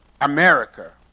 America